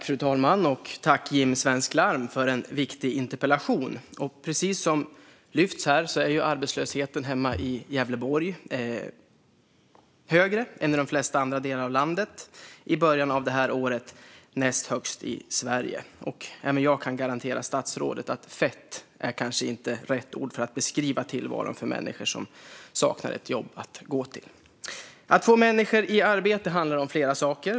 Fru talman! Tack, Jim Svensk Larm, för en viktig interpellation! Precis som lyfts här är arbetslösheten hemma i Gävleborg högre än i de flesta andra delar av landet, i början av detta år näst högst i Sverige. Även jag kan garantera statsrådet att "fett" inte är rätt ord för att beskriva tillvaron för människor som saknar ett jobb att gå till. Att få människor i arbete handlar om flera saker.